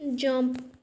jump